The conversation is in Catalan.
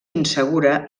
insegura